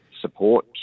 support